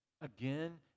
again